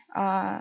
err